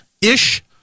ish